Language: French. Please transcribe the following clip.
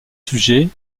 sujets